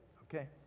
okay